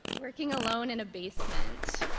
working alone in a basement.